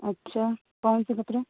اچھا کون سے کپڑے